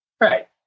Right